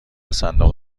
صندوق